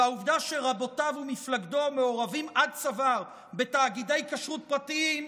והעובדה שרבותיו ומפלגתו מעורבים עד צוואר בתאגידי כשרות פרטיים,